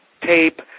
tape